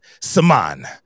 Saman